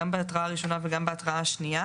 גם בהתראה הראשונה וגם בהתראה השנייה